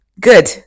good